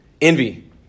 envy